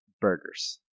burgers